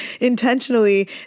intentionally